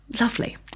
lovely